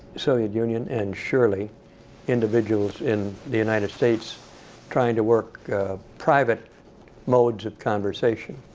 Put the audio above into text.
soviet union and surely individuals in the united states trying to work private modes of conversation.